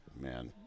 man